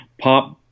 pop